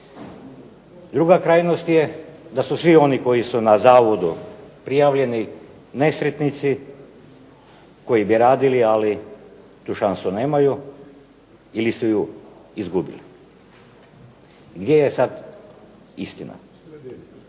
Druga krajnost je da su svi oni koji su na zavodu prijavljeni nesretnici koji bi radili, ali tu šansu nemaju ili su ju izgubili. Gdje je sad istina?